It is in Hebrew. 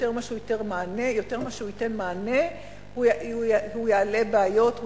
יותר מאשר ייתן מענה הוא יעלה בעיות,